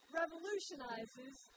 revolutionizes